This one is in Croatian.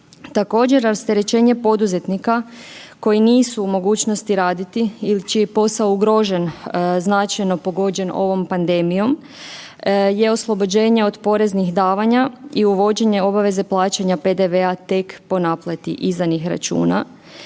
Također rasterećenje poduzetnika koji nisu u mogućnosti raditi ili čiji je posao ugrožen, značajno pogođen ovom pandemijom je oslobođenje od poreznih davanja i uvođenje obaveze plaćanja PDV-a tek po naplati izdanih računa.